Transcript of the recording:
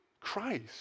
Christ